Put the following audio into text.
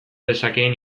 dezakeen